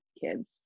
kids